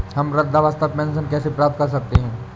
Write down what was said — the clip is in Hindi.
हम वृद्धावस्था पेंशन कैसे प्राप्त कर सकते हैं?